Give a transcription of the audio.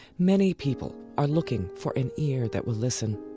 many people are looking for an ear that will listen.